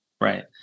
Right